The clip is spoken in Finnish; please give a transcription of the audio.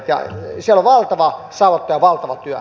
siellä on valtava savotta ja valtava työ